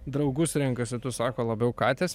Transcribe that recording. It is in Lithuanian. draugus renkasi tu sako labiau katės